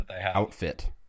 outfit